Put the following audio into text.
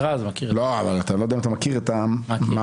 גם בעניין הזה,